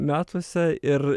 metuose ir